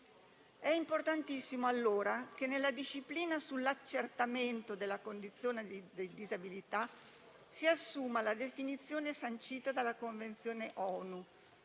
È importantissimo, allora, che nella disciplina sull'accertamento della condizione di disabilità si assuma la definizione sancita dalla Convenzione ONU,